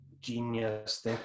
genius